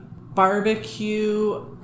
barbecue